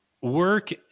work